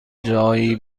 جایی